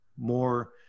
more